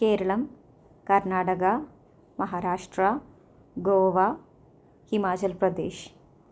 Keralam Karnataka Maharashtra Goa Himachal Pradesh